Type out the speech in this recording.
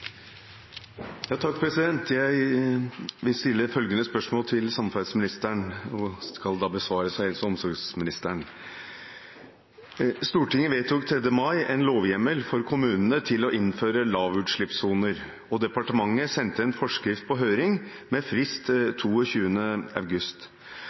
Jeg har stilt følgende spørsmål til samferdselsministeren, som da skal besvares av helse- og omsorgsministeren: «Stortinget vedtok 3. mai en lovhjemmel for kommunene til å innføre lavutslippssoner, og departementet sendte en forskrift på høring med frist